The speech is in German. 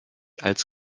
als